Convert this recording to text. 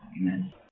Amen